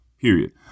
Period